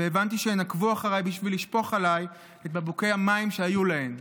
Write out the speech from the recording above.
והבנתי שהן חזרו אחריי בשביל לשפוך עליי את בקבוקי המים שהיו להן,